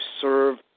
serve